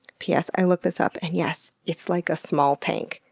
p s. i looked this up, and yes, it's like a small tank.